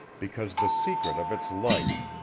because the secret of its life,